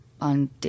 on